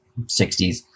60s